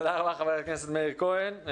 תודה רבה, חבר הכנסת מאיר כהן.